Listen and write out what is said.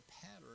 pattern